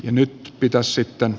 nyt pitää sitten